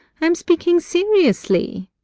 i am speaking seriously.